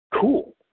cool